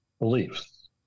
beliefs